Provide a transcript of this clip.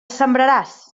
sembraràs